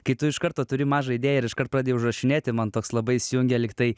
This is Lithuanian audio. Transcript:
kai tu iš karto turi mažą idėją ir iškart pradedi užrašinėti man toks labai įsijungia lyg tai